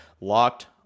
locked